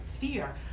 fear